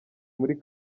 muri